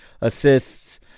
assists